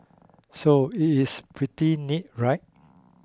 so it is pretty neat right